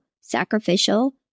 sacrificial